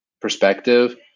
perspective